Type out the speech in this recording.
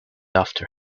after